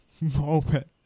moment